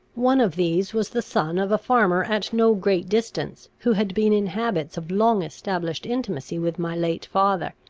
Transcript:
one of these was the son of a farmer at no great distance, who had been in habits of long-established intimacy with my late father.